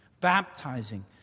baptizing